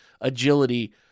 agility